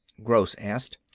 gross asked.